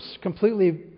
completely